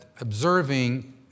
observing